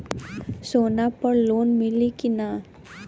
सोना पर लोन मिली की ना?